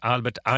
Albert